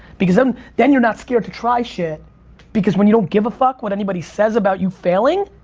because um then you're not scared to try shit because when you don't give a fuck what anybody says about you failing,